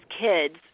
kids